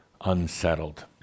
unsettled